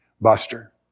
buster